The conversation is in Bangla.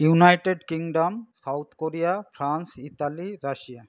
United Kingdom South Korea France Italy Russia